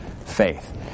faith